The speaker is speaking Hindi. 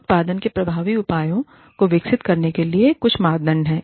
मानव उत्पादन के प्रभावी उपायों को विकसित करने के लिए कुछ मानदंड